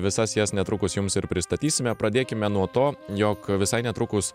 visas jas netrukus jums ir pristatysime pradėkime nuo to jog visai netrukus